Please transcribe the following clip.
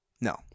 No